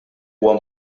huwa